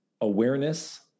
awareness